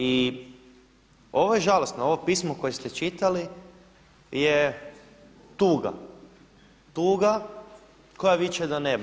I ovo je žalosno, ovo pismo koje ste čitali je tuga, tuga koja viče do neba.